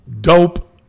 dope